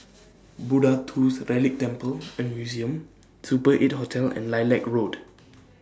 Buddha Tooth Relic Temple and Museum Super eight Hotel and Lilac Road